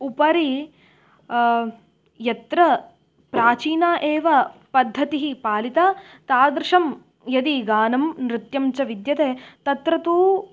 उपरि यत्र प्राचीना एव पद्धतिः पालिता तादृशं यदि गानं नृत्यं च विद्यते तत्र तु